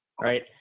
Right